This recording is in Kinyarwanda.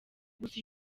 gusa